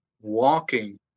walking